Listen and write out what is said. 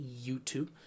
YouTube